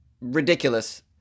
Ridiculous